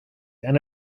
and